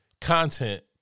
content